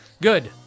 Good